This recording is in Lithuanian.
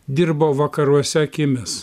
dirba vakaruose akimis